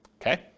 okay